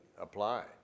apply